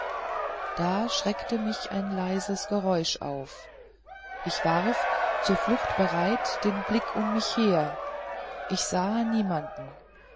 da schreckte mich ein leises geräusch auf ich warf zur flucht bereit den blick um mich her ich sah niemand